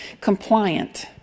Compliant